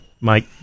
Mike